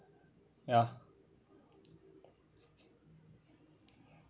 ya